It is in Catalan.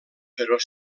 però